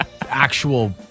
actual